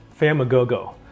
Famagogo